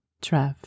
Trev